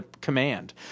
command